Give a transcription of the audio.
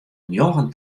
njoggen